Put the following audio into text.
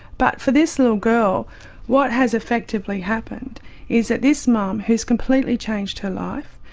but for this little girl what has effectively happened is that this mum, who's completely changed her life,